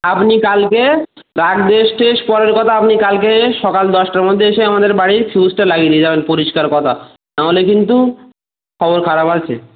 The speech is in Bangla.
আপনি কালকে পরের কথা আপনি কালকে সকাল দশটার মধ্যে এসে আমাদের বাড়ির ফিউজটা লাগিয়ে দিয়ে যাবেন পরিষ্কার কথা নাহলে কিন্তু খবর খারাপ আছে